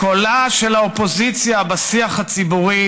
קולה של האופוזיציה בשיח הציבורי